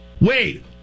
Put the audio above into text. Wait